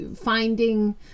finding